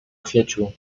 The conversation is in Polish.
kwieciu